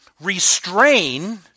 restrain